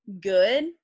good